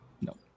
No